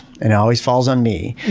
and always falls on me.